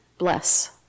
Bless